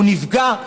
והוא נפגע,